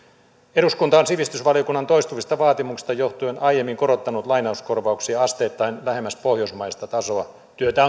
eduskunta on sivistysvaliokunnan toistuvista vaatimuksista johtuen aiemmin korottanut lainauskorvauksia asteittain lähemmäs pohjoismaista tasoa työtä